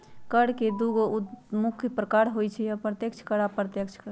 कर के दुगो मुख्य प्रकार होइ छै अप्रत्यक्ष कर आ अप्रत्यक्ष कर